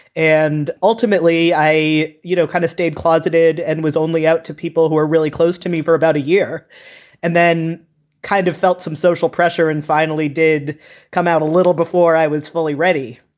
and ultimately, i, you know, kind of stayed closeted and was only out to people who are really close to me for about a year and then kind of felt some social pressure and finally did come out a little before i was fully ready.